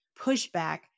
pushback